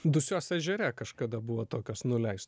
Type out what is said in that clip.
dusios ežere kažkada buvo tokios nuleist